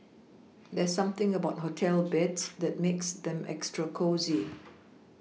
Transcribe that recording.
there's something about hotel beds that makes them extra cosy